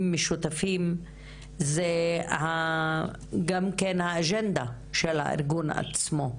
משותפים זה גם כן האג'נדה של הארגון עצמו,